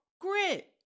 grit